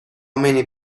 many